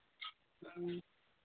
ꯎꯝ